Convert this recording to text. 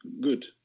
good